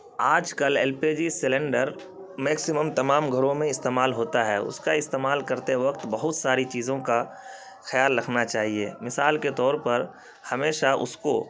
آج کل L P G cylinder maximum تمام گھروں میں استعمال ہوتا ہے اس کا استعمال کرتے وقت بہت ساری چیزوں کا خیال رکھنا چاہیے مثال کے طور پر ہمیشہ اس کو